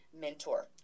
mentor